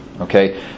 Okay